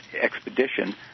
expedition